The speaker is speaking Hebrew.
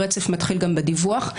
הרצף מתחיל גם בדיווח.